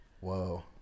Whoa